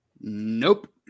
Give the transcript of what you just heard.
nope